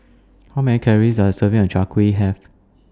How Many Calories Does A Serving of Chai Kueh Have